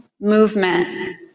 movement